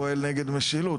פועל נגד משילות.